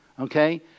okay